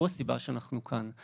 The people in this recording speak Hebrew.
הוא הסיבה שאנחנו כאן.